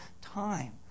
time